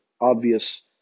obvious